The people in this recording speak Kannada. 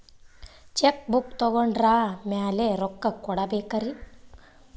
ಚೆಕ್ ಬುಕ್ ತೊಗೊಂಡ್ರ ಮ್ಯಾಲೆ ರೊಕ್ಕ ಕೊಡಬೇಕರಿ?